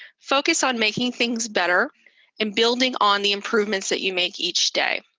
focus on making things better and building on the improvements that you make each day.